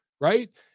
right